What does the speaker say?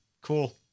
Cool